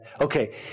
okay